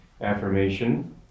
affirmation